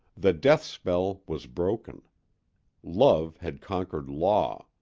the death-spell was broken love had conquered law!